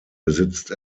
besitzt